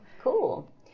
Cool